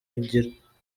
agira